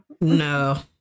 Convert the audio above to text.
no